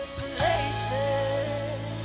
places